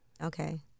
Okay